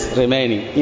remaining